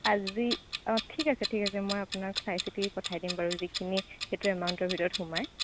আজি অ ঠিক আছে ঠিক আছে মই আপোনাক চাই চিতি পঠাই দিম বাৰু যিখিনি সেইটো এমাউণ্টৰ ভিতৰত সোমায়